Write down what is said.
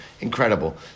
Incredible